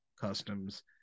customs